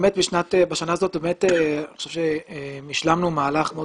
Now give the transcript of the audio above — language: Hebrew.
בשנה הזאת אני חושב שהשלמנו מהלך מאוד